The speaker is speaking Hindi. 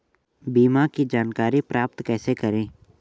बीमा की जानकारी प्राप्त कैसे करें?